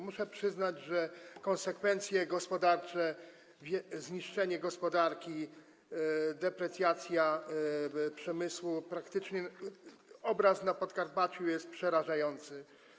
Muszę przyznać, że chodzi o konsekwencje gospodarcze, zniszczenie gospodarki, deprecjację przemysłu - praktycznie obraz Podkarpacia jest przerażający.